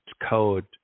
code